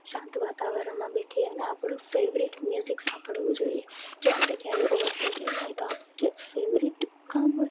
શાંત વાતાવરણમાં બેઠી અને આપણું ફેવરેટ મ્યુઝિક સાંભળવું જોઈએ જો આપણે ક્યારે ઓવર થિંકિંગ થાય તો આપ જે ફેવરેટ કામ હોય